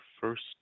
first